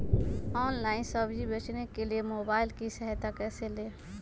Online सब्जी बेचने के लिए मोबाईल की सहायता कैसे ले?